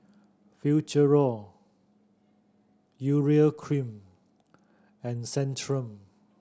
Futuro Urea Cream and Centrum